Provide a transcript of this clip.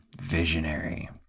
Visionary